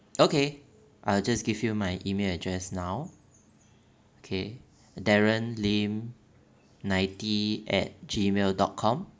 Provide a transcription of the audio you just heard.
okay I'll just give you my email address now okay darren lim ninety at Gmail dot com